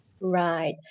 Right